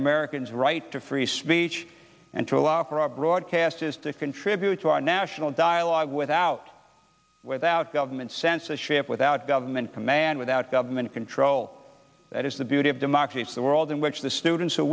americans right to free speech and to allow for our broadcast is to contribute to our national dialogue without without government censorship without government command without government control that is the beauty of democracy is the world in which the students